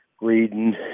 reading